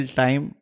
time